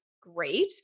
great